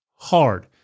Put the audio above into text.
hard